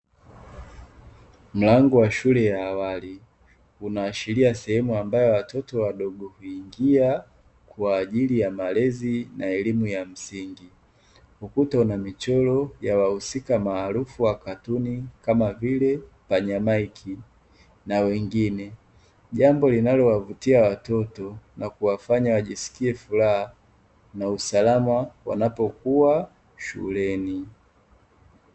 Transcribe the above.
Mlango wa shule ya awali unaashiria sehemu ambayo watoto wadogo huingia kwa ajili ya malezi na elimu ya msingi, ukuta una michoro ya wahusika maarufu wa katuni kama vile, panya maiki na wengine; jambo linalowavutia watoto na kuwafanya wajiskie furaha na usalama wanapokuwa shuleni.